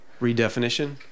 redefinition